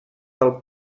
del